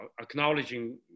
acknowledging